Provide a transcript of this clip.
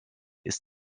ist